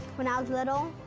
when i was little.